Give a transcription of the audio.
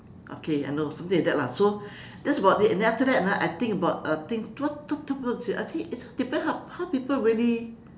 okay I know something like that lah so that's about it and then after that ah I think about uh think what what what to say actually it depend how how people really